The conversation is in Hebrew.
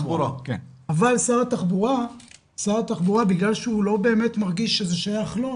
אבל שר התחבורה בגלל שהוא לא באמת מרגיש שזה שייך לו,